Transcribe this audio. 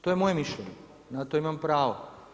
To je moje mišljenje, na to imam pravo.